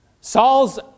Saul's